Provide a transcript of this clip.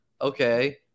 okay